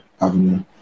Avenue